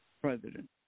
president